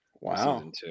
Wow